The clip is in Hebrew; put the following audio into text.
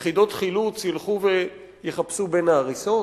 יחידות חילוץ ילכו ויחפשו בין ההריסות?